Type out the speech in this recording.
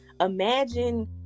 imagine